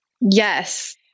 Yes